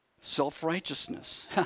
Self-righteousness